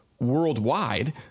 Worldwide